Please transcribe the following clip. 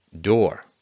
door